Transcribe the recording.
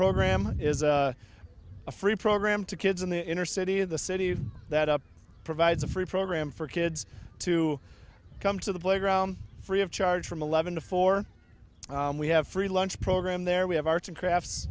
program is a free program to kids in the inner city of the city that up provides a free program for kids to come to the playground free of charge from eleven to four we have free lunch program there we have arts and crafts